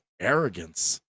arrogance